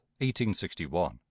1861